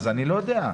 אז אני לא יודע.